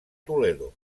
toledo